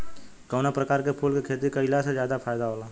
कवना प्रकार के फूल के खेती कइला से ज्यादा फायदा होला?